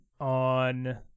on